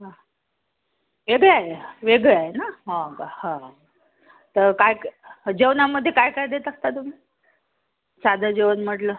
हां वेगळं आहे वेगळं आहे ना हां का हां त काय क् जेवणामध्ये काय काय देत असता तुम्ही साधं जेवण म्हटलं